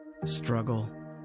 struggle